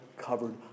covered